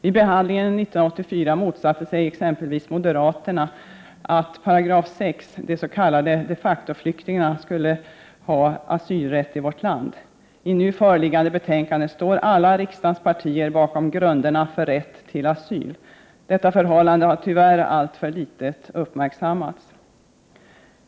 Vid behandlingen 1984 motsatte sig exempelvis moderaterna att § 6-flyktingar, de s.k. de facto-flyktingarna, skulle ha asylrätt i vårt land. I nu föreliggande betänkande står alla riksdagens partier bakom grunderna för rätt till asyl. Detta förhållande har tyvärr alltför litet uppmärksammats.